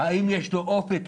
האם יש לו אופק?